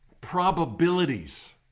probabilities